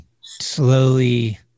slowly